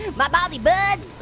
my baldy bud.